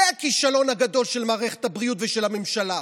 זה הכישלון הגדול של מערכת הבריאות ושל הממשלה,